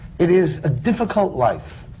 it is a difficult life.